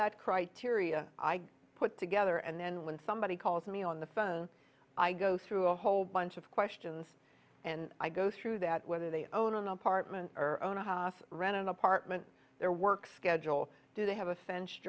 that criteria i put together and then when somebody calls me on the phone i go through a whole bunch of questions and i go through that whether they own an apartment or own a half rented apartment their work schedule do they have a fenced